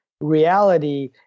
reality